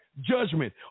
judgment